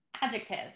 Adjective